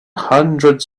hundreds